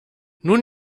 nun